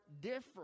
different